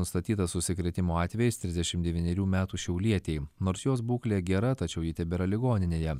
nustatytas užsikrėtimo atvejis trisdešim devynerių metų šiaulietei nors jos būklė gera tačiau ji tebėra ligoninėje